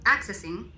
Accessing